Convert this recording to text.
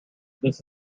this